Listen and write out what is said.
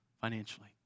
financially